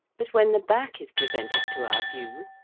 but when the back is presented to our view,